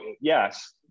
yes